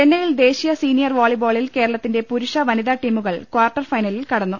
ചെന്നൈയിൽ ദേശീയ സീനിയർ വോളിബോളിൽ കേരള ത്തിന്റെ പുരൂഷ വനിതാ ടീമുകൾ കാർട്ടർ ഫൈനലിൽ കടന്നു